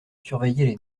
surveillaient